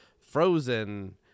Frozen